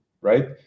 right